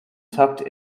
tucked